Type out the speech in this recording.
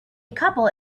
couple